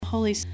Holy